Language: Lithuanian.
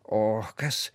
o kas